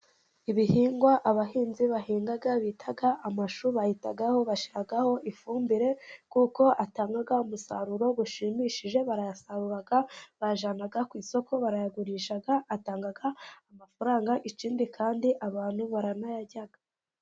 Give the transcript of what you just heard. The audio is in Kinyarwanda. Ibihingwa abahinzi bahinga bita amashu, bayitaho, bashyiraho ifumbire kuko atanga umusaruro bushimishije ,barayasarura, bajyana ku isoko barayagurisha ,atanga amafaranga ikindi kandi abantu baranayarya.